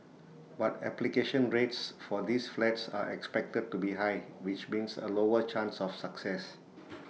but application rates for these flats are expected to be high which means A lower chance of success